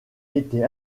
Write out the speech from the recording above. été